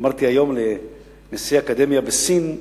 אמרתי היום לנשיא האקדמיה בסין,